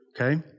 okay